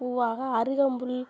பூவாக அருகம்புல்